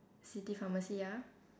city pharmacy ya